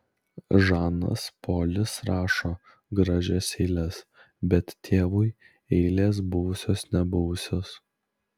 žanas polis rašo gražias eiles bet tėvui eilės buvusios nebuvusios